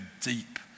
deep